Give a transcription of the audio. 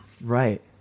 right